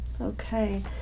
Okay